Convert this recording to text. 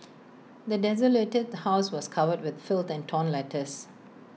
the desolated house was covered with filth than torn letters